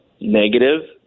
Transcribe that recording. negative